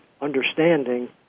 understanding